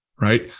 right